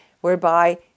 whereby